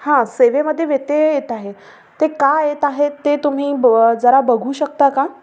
हां सेवेमध्ये व्यत्यय येत आहे ते का येत आहेत ते तुम्ही ब जरा बघू शकता का